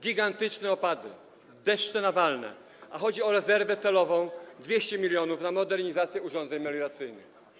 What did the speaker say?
Gigantyczne opady, deszcze nawalne, a chodzi o rezerwę celową 200 mln na modernizację urządzeń melioracyjnych.